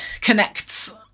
connects